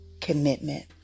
commitment